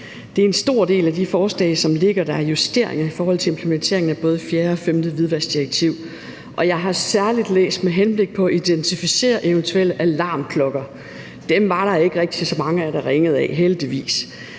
i L 12. En stor del af de forslag, som ligger der, er justeringer i forhold til implementering af både fjerde og femte hvidvaskdirektiv, og jeg har særlig læst med henblik på at identificere eventuelle alarmklokker. Dem var der ikke rigtig så mange af, der ringede, heldigvis.